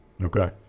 Okay